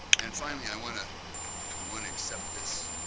and finally i want to i want to accept this